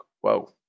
Whoa